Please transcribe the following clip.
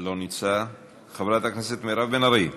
אינו נוכח, חברת הכנסת מירב בן ארי,